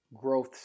growth